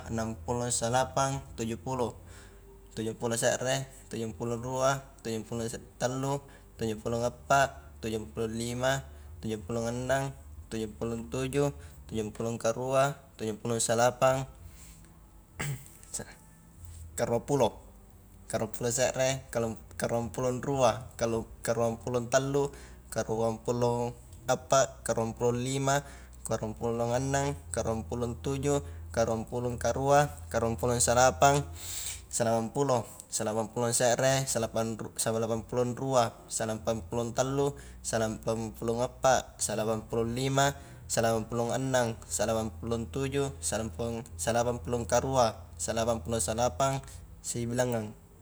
Annang pulong salapang, tuju puluh, tuju puluh se're, tujung pulo rua, tujung pulong se tallu, tuju pulong appa, tuju pulong lima, tuju pulong annang, tuju pulong tuju, tuju pulong karua, tuju pulong salapang, karua pulo, karua pulo se're, karu-karuang pulo rua, karu-karuang pulo tallu, karuang pulong appa, karuang pulo lima, karuang pulo annang, karuang pulo tuju, karuang pulo karua, karuang pulo salapang, salapang pulo, salapang pulong se're, salapang pulong rua, salapang pulong tallu, salapang pulong appa, salapang pulong lima, salapang pulong annang, salapang pulong tuju, salapaung-salapang pulong karua, salapang pulong salapang, sibilangang.